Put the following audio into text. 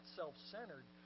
self-centered